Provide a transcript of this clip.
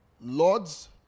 lords